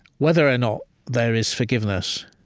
whether or not there is forgiveness